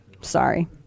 Sorry